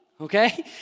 Okay